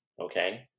Okay